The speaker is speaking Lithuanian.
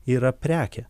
tai yra prekė